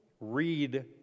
read